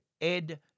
Ed